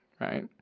right